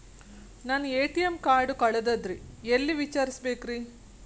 ನನ್ನ ATM card ಕಳದದ್ರಿ ಎಲ್ಲಿ ವಿಚಾರಿಸ್ಬೇಕ್ರಿ?